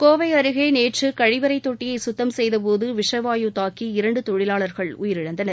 கோவை அருகே நேற்று கழிவறைத் தொட்டியை குத்தம் செய்தபோது விஷவாயு தாக்கி இரண்டு தொழிலாளர்கள் உயிரிழந்தனர்